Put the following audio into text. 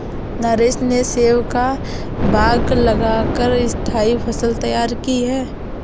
नरेश ने सेब का बाग लगा कर स्थाई फसल तैयार की है